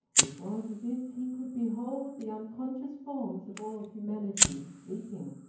it was as if he could behold the unconscious forms of all humanity, sleeping.